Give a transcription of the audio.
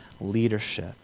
leadership